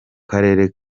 karere